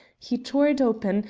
he tore it open,